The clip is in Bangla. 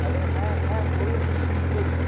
হ্যালো হ্যাঁ ম্যাম বলুন কী বলছেন